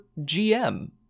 GM